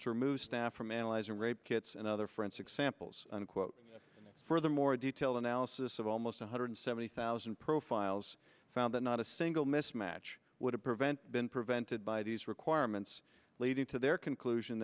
analyzing rape kits and other forensic samples unquote further more detailed analysis of almost one hundred seventy thousand profiles found that not a single mismatch would prevent been prevented by these requirements leading to their conclusion